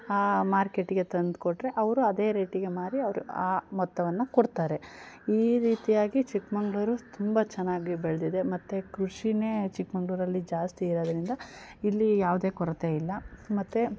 ಆ ಮಾರ್ಕೆಟಿಗೆ ತಂದುಕೊಟ್ರೆ ಅವರು ಅದೇ ರೇಟಿಗೆ ಮಾರಿ ಅವ್ರು ಆ ಮೊತ್ತವನ್ನು ಕೊಡ್ತಾರೆ ಈ ರೀತಿಯಾಗಿ ಚಿಕ್ಕಮಂಗ್ಳೂರು ತುಂಬಾ ಚೆನ್ನಾಗಿ ಬೆಳೆದಿದೆ ಮತ್ತು ಕೃಷಿಯೇ ಚಿಕ್ಕಮಂಗ್ಳೂರಲ್ಲಿ ಜಾಸ್ತಿ ಇರೋದ್ರಿಂದ ಇಲ್ಲಿ ಯಾವುದೇ ಕೊರತೆ ಇಲ್ಲ ಮತ್ತು